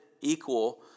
equal